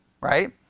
right